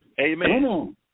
Amen